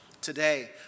Today